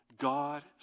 God